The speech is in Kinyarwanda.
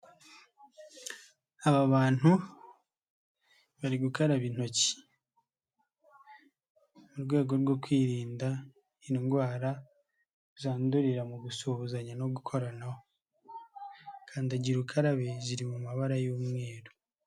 Aba bari bari gukaraba intoki, mu rwego rwo kwirinda indwara zandurira mu gusuhuzanya no gukoranaho. Kandagira ukarabe ziri mu mabara y'umweru.